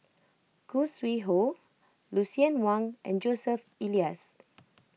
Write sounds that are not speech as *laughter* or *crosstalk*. Khoo Sui Hoe Lucien Wang and Joseph Elias *noise*